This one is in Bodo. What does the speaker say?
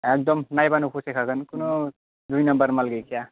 एकदम नायबानो फसायखागोन खुुनु दुइ नाम्बार माल गैखाया